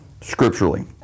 scripturally